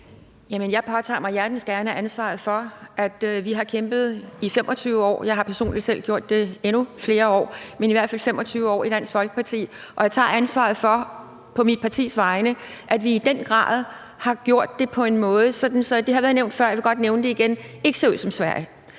jeg påtager mig hjertens gerne ansvaret for, at vi har kæmpet i 25 år. Jeg har personligt selv gjort det i endnu flere år, men i hvert fald 25 år i Dansk Folkeparti. Og jeg tager ansvaret for på mit partis vegne, at vi i den grad har gjort det på en måde – det har været nævnt før, men jeg vil godt nævne det igen – så her ikke ser ud som Sverige.